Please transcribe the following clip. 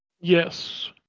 Yes